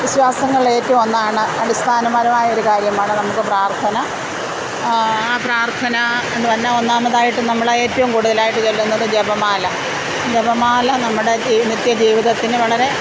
വിശ്വാസങ്ങളിൽ ഏറ്റവും ഒന്നാണ് അടിസ്ഥാനപരമായ ഒരു കാര്യമാണ് നമുക്ക് പ്രാർത്ഥന ആ പ്രാർത്ഥന എന്ന് പറഞ്ഞ ഒന്നാമതായിട്ടും നമ്മളെ ഏറ്റവും കൂട്തലായിട്ട് ചൊല്ലുന്നത് ജപമാല ജപമാല നമ്മടെ ജീവ് നിത്യ ജീവിതത്തതിന് വളരെ